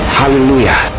hallelujah